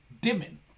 dimming